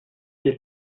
vient